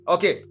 Okay